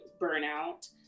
burnout